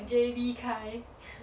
等 J_B 开